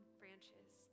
branches